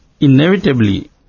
Inevitably